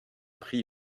prix